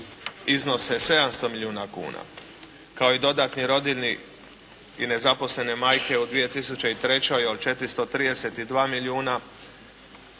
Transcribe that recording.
iznose 700 milijuna kuna, kao i dodatni rodiljni i nezaposlene majke u 2003. od 432 milijuna